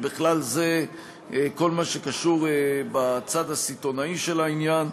ובכלל זה כל מה שקשור בצד הסיטונאי של העניין,